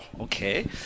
okay